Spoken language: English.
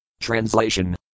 Translation